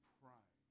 pray